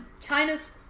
China's